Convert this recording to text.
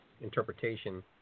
interpretation